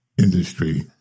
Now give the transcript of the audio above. Industry